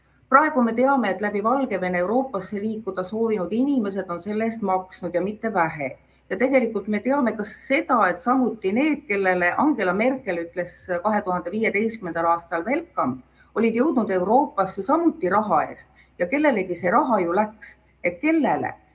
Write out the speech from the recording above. Praegu me teame, et läbi Valgevene Euroopasse liikuda soovinud inimesed on selle eest maksnud – ja mitte vähe –, ja tegelikult me teame ka seda, et need, kellele Angela Merkel ütles 2015. aastal: "Welcome!", olid jõudnud Euroopasse samuti raha eest. Ja kellelegi see raha ju läks. Kellele?